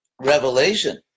revelation